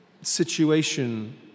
situation